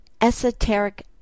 esoteric